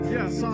Yes